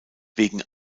wegen